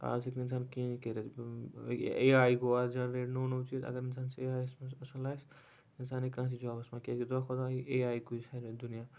آز ہیٚکہِ نہٕ اِنسان کِہیٖنۍ تہِ کٔرِتھ اے آی گوٚو آز جینریٹ نوٚو نوٚو چیٖز اَگر نہٕ اِنسانس اے آیَس منٛز اَصٕل آسہِ اِنسان ہیٚکہِ کانہہ تہِ جابَس منٛز تِکیازِ دۄہ کھۄتہٕ دۄہ چھُ اے آی کُے سورُے دُنیاہ